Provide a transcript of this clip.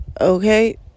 Okay